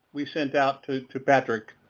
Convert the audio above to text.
we sent out to to patrick,